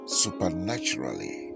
supernaturally